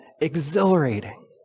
exhilarating